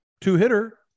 two-hitter